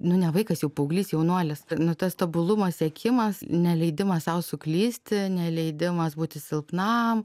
nu ne vaikas jau paauglys jaunuolis nu tas tobulumo siekimas neleidimas sau suklysti neleidimas būti silpnam